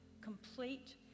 complete